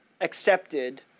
accepted